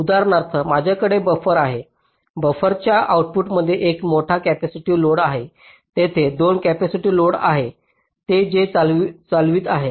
उदाहरणार्थ माझ्याकडे बफर आहे आणि बफरच्या आउटपुटमध्ये एक मोठा कॅपेसिटिव लोड आहे तेथे 2 कॅपेसिटीव्ह लोड आहे जे ते चालवित आहे